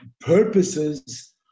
purposes